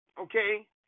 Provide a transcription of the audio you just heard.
okay